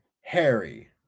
Harry